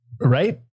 Right